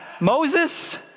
Moses